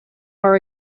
our